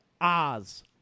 Oz